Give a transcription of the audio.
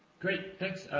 great, thanks.